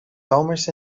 zomers